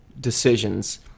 decisions